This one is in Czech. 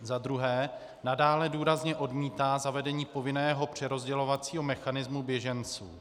za druhé nadále důrazně odmítá zavedení povinného přerozdělovacího mechanismu běženců;